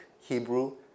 Hebrew